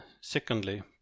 secondly